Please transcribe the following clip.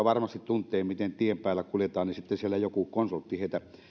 varmasti tuntevat miten tien päällä kuljetaan niin sitten siellä joku konsultti heille